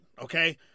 okay